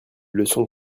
leçons